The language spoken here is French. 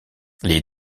les